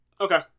Okay